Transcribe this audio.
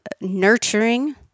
nurturing